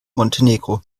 montenegro